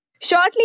Shortly